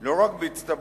לא רק בהצטברותם,